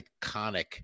iconic